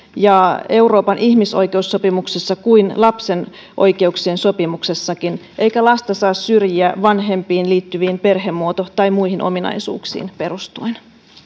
ja euroopan ihmisoikeussopimuksessa kuin lapsen oikeuksien sopimuksessakin eikä lasta saa syrjiä vanhempiin liittyviin perhemuoto tai muihin ominaisuuksiin perustuen